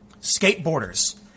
skateboarders